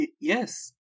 yes